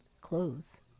clothes